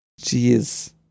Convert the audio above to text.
Jeez